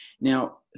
Now